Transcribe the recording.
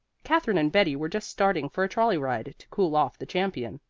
katherine and betty were just starting for a trolley ride, to cool off the champion,